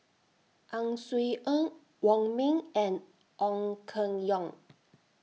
Ang Swee Aun Wong Ming and Ong Keng Yong